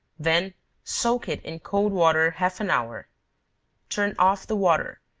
then soak it in cold water half an hour turn off the water,